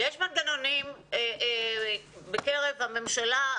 יש מנגנונים בקרב הממשלה,